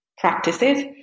practices